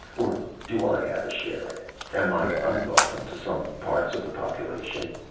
or do i have a share in it? am i unwelcome to some parts of the population?